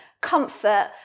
comfort